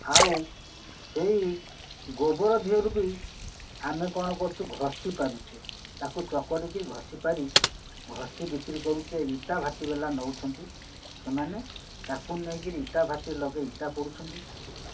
ଆଉ ସେଇ ଗୋବର ଦେହରୁ ବି ଆମେ କ'ଣ କରୁଛୁ ଘଷି ପାରୁଛେ ତାକୁ ଚକଟିକିରି ଘଷି ପାରି ଘଷି ବିକ୍ରି କରୁଛେ ଇଟା ଭାଟି ବାଲା ନେଉଛନ୍ତି ସେମାନେ ତାକୁ ନେଇକିରି ଇଟା ଭାଟି ଲଗେଇ ଇଟା ପୋଡ଼ୁଛନ୍ତି